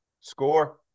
Score